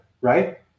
right